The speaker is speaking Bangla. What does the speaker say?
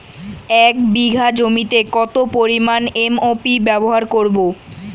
এক বিঘা জমিতে কত পরিমান এম.ও.পি ব্যবহার করব?